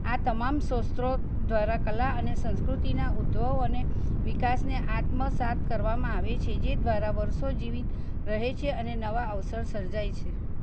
આ તમામ શસ્ત્રો દ્વારા કલા અને સંસ્કૃતિના ઉદભવ અને વિકાસને આત્મસાત કરવામાં આવે છે જે દ્વારા વર્ષો જીવિત રહે છે અને નવા અવસર સર્જાય છે